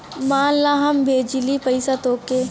मान ला हम भेजली पइसा तोह्के